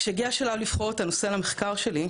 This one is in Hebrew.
כשהגיע השלב לבחור את נושא המחקר שלי,